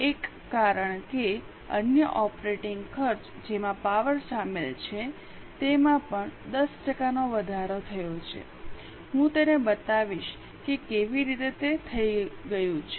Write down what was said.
1 કારણ કે અન્ય ઓપરેટિંગ ખર્ચ જેમાં પાવર શામેલ છે તેમાં પણ 10 ટકાનો વધારો થયો છે હું તેને બતાવીશ કે કેવી રીતે તે થઇ ગયું છે